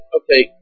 okay